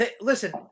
listen